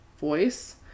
voice